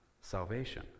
salvation